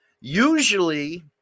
Usually